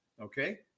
Okay